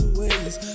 ways